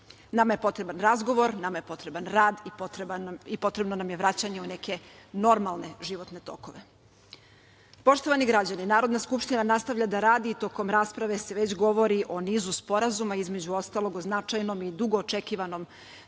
Nama je potreban razgovor. Nama je potreban rad i potrebno nam je vraćanje u neke normalne životne tokove. Poštovani građani, Narodna skupština nastavlja da radi i tokom rasprave se već govori o nizu sporazuma, između ostalog o značajnom i dugo očekivanom